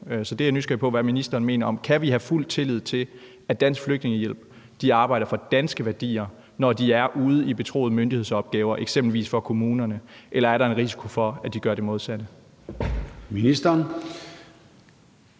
Så det er jeg nysgerrig på hvad ministeren mener om. Kan vi have fuld tillid til, at Dansk Flygtningehjælp arbejder for danske værdier, når de er ude at varetage betroede myndighedsopgaver, eksempelvis for kommunerne, eller er der en risiko for, at de gør det modsatte?